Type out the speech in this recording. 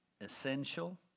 essential